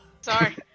Sorry